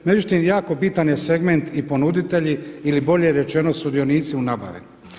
Međutim jako bitan je segment i ponuditelji ili bolje rečeno sudionici u nabavi.